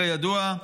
כידוע.